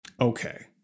Okay